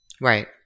Right